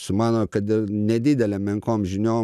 su mano kad ir nedidelė menkom žiniom